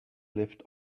lived